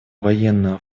военного